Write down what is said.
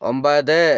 ഒമ്പത്